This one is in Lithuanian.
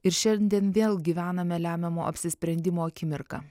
ir šiandien vėl gyvename lemiamo apsisprendimo akimirką